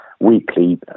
weekly